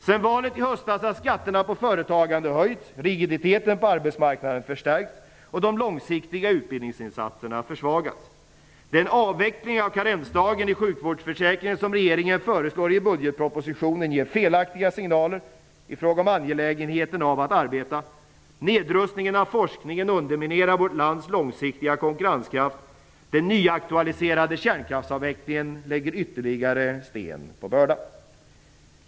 Sedan valet i höstas har skatterna på företagande höjts, rigiditeten på arbetsmarknaden förstärkts och de långsiktiga utbildningsinsatserna försvagats. Den avveckling av karensdagen i sjukvårdsförsäkringen som regeringen föreslår i budgetpropositionen ger felaktiga signaler i fråga om angelägenheten av att arbeta. Nedrustningen av forskningen underminerar vårt lands långsiktiga konkurrenskraft. Den nyaktualiserade kärnkraftsavvecklingen lägger ytterligare sten på börda.